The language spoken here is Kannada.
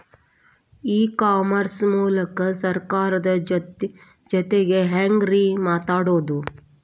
ಇ ಕಾಮರ್ಸ್ ಮೂಲಕ ಸರ್ಕಾರದ ಜೊತಿಗೆ ಹ್ಯಾಂಗ್ ರೇ ಮಾತಾಡೋದು?